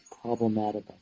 problematic